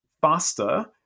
faster